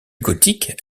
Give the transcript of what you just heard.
gothique